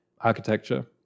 architecture